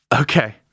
Okay